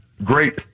Great